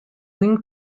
wing